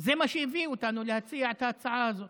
זה מה שהביא אותנו להציע את ההצעה הזאת.